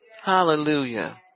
Hallelujah